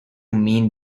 mean